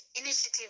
initiative